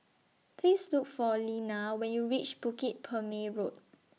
Please Look For Leana when YOU REACH Bukit Purmei Road